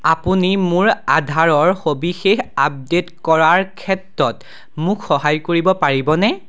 আপুনি মোৰ আধাৰৰ সবিশেষ আপডে'ট কৰাৰ ক্ষেত্ৰত মোক সহায় কৰিব পাৰিবনে